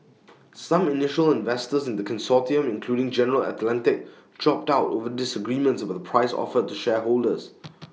some initial investors in the consortium including general Atlantic dropped out over disagreements about the price offered to shareholders